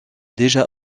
déjà